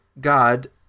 God